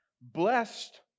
Blessed